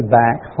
back